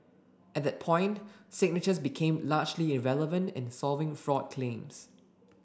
at that point signatures became largely irrelevant in solving fraud claims